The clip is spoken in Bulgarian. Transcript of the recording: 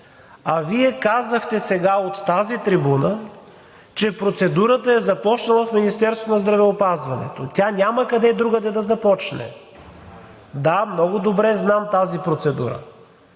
А Вие казахте сега от тази трибуна, че процедурата е започнала в Министерството на здравеопазването. Тя няма къде другаде да започне. Да, много добре знам тази процедура.